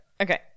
Okay